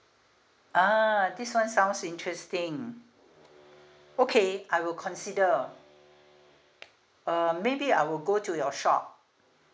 ah this one sounds interesting okay I will consider um maybe I will go to your shop